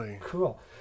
cool